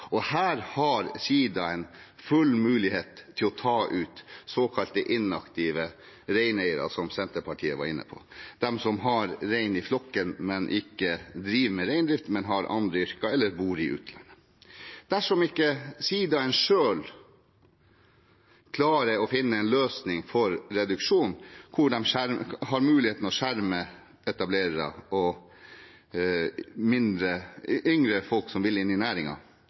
Her har sidaen full mulighet til å ta ut såkalte inaktive reineiere, som Senterpartiet var inne på, de som har rein i flokken, men ikke driver med reindrift, men har andre yrker eller bor i utlandet. Dersom sidaen selv ikke klarer å finne en løsning for reduksjon hvor de har muligheten til å skjerme etablerere og yngre folk som vil inn i